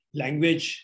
language